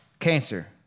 cancer